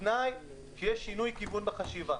בתנאי שיהיה שינוי כיוון בחשיבה.